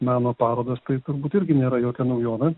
meno parodos tai turbūt irgi nėra jokia naujovė